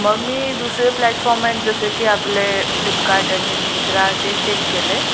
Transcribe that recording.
मग मी दुसरे प्लॅटफॉर्म आहेत जसे की आपले फ्लिपकार्ट आणि मिंत्रा ते चेक केले